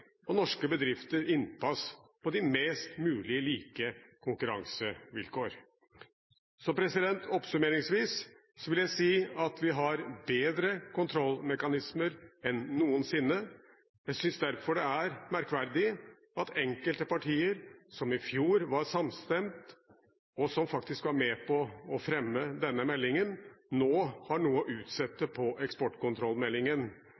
norske bedrifter innpass på mest mulig like konkurransevilkår. Som oppsummering vil jeg si at vi har bedre kontrollmekanismer enn noensinne. Jeg synes derfor det er merkverdig at enkelte partier som i fjor var samstemt, og som faktisk var med på å fremme denne meldingen, nå har noe å